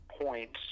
points